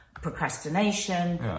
procrastination